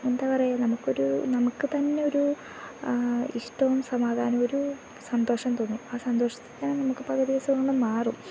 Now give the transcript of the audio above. എന്താണ് പറയുക നമുക്ക് ഒരു നമുക്ക് തന്നെ ഒരു ഇഷ്ടവും സമാധാനം ഒരു സന്തോഷം തോന്നും ആ സന്തോഷത്തിൽ തന്നെ നമുക്ക് പകുതി അസുഖങ്ങൾ മാറും